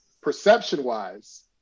perception-wise